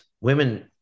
women